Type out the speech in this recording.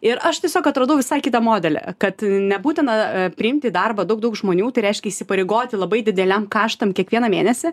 ir aš tiesiog atradau visai kitą modelį kad nebūtina a priimti į darbą daug daug žmonių tai reiškia įsipareigoti labai dideliem kaštam kiekvieną mėnesį